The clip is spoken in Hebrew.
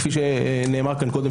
כפי שנאמר כאן קודם,